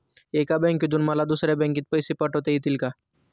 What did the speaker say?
एका बँकेतून मला दुसऱ्या बँकेत पैसे पाठवता येतील का?